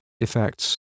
effects